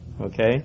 Okay